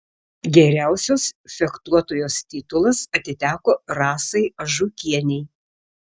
geriausios fechtuotojos titulas atiteko rasai ažukienei